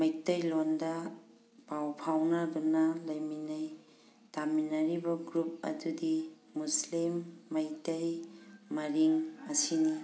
ꯃꯩꯇꯩꯂꯣꯟꯗ ꯄꯥꯎ ꯐꯥꯎꯅꯗꯨꯅ ꯂꯩꯃꯤꯟꯅꯩ ꯇꯥꯃꯤꯟꯅꯔꯤꯕ ꯒ꯭ꯔꯨꯞ ꯑꯗꯨꯗꯤ ꯃꯨꯁꯂꯤꯝ ꯃꯩꯇꯩ ꯃꯔꯤꯡ ꯑꯁꯤꯅꯤ